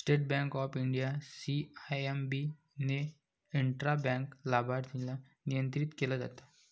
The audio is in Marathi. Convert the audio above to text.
state Bank of India, CIMB ने इंट्रा बँक लाभार्थीला नियंत्रित केलं जात